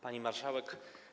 Pani Marszałek!